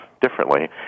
differently